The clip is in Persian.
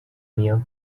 میاد